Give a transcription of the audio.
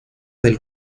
del